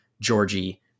Georgie